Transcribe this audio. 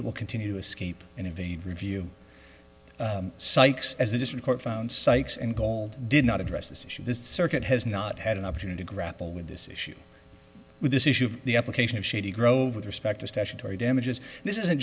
it will continue to escape and evade review sikes as the district court found sykes and cold did not address this issue this circuit has not had an opportunity to grapple with this issue with this issue of the application of shady grove with respect to statutory damages this isn't